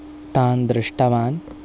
तान् दृष्टवान्